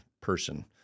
person